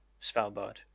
Svalbard